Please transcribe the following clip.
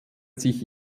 sich